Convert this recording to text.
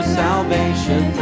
salvation